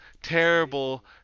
terrible